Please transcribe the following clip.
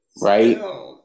right